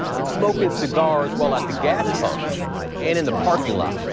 it's smoking cigars while at the gas pumps and in the parking lot.